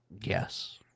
Yes